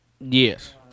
Yes